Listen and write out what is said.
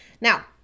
Now